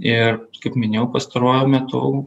ir kaip minėjau pastaruoju metu